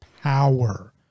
power